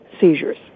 seizures